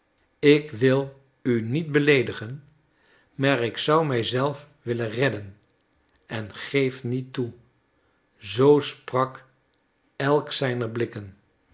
ik wil u niet beleedigen maar ik zou mij zelf willen redden en geef niet toe zoo sprak elk zijner blikken